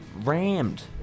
rammed